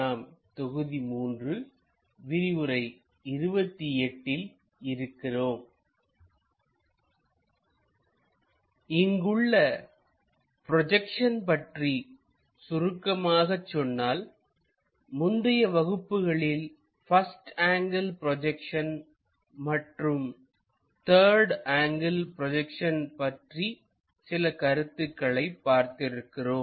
நாம் தொகுதி 3 விரிவுரை 28 ல் இருக்கிறோம் இங்குள்ள ப்ரொஜெக்ஷன் பற்றி சுருக்கமாக சொன்னால்முந்தைய வகுப்புகளில் பஸ்ட் ஆங்கிள் ப்ரொஜெக்ஷன் மற்றும் த்தர்டு ஆங்கிள் ப்ரொஜெக்ஷன் பற்றி சில கருத்துக்களைப் பார்த்திருக்கிறோம்